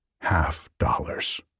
half-dollars